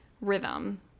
rhythm